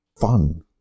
fun